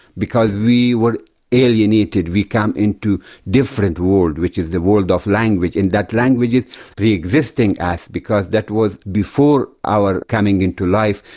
because we were alienated we come into a different world, which is the world of language. and that language is pre-existing us because that was before our coming into life,